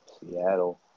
Seattle